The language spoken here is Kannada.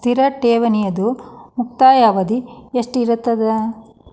ಸ್ಥಿರ ಠೇವಣಿದು ಮುಕ್ತಾಯ ಅವಧಿ ಎಷ್ಟಿರತದ?